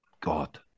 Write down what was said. God